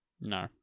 No